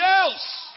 else